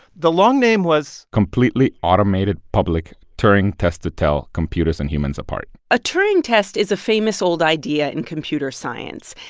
the long name was. completely automated public turing test to tell computers and humans apart a turing test is a famous old idea in computer science.